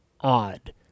odd